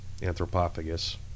Anthropophagus